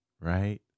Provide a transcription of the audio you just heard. right